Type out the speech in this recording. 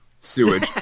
sewage